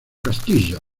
castilla